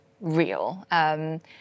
real